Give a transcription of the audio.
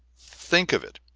think of it!